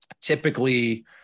Typically